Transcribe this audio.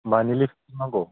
मानि लिस्ट नांगौ